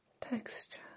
texture